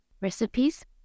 recipes